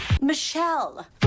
Michelle